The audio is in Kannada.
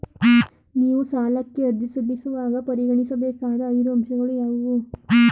ನೀವು ಸಾಲಕ್ಕೆ ಅರ್ಜಿ ಸಲ್ಲಿಸುವಾಗ ಪರಿಗಣಿಸಬೇಕಾದ ಐದು ಅಂಶಗಳು ಯಾವುವು?